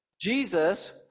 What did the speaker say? Jesus